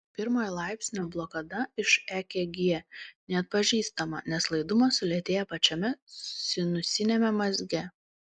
pirmojo laipsnio blokada iš ekg neatpažįstama nes laidumas sulėtėja pačiame sinusiniame mazge